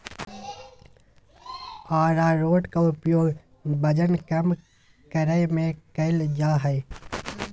आरारोट के उपयोग वजन कम करय में कइल जा हइ